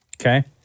Okay